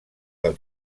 del